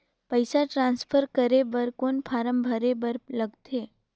पईसा ट्रांसफर करे बर कौन फारम भरे बर लगथे?